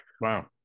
Wow